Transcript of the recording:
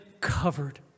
covered